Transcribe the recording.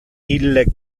ille